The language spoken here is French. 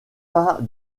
pas